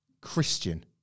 Christian